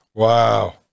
Wow